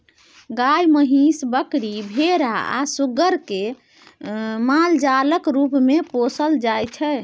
गाय, महीस, बकरी, भेरा आ सुग्गर केँ मालजालक रुप मे पोसल जाइ छै